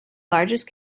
largest